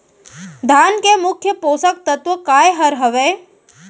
धान के मुख्य पोसक तत्व काय हर हावे?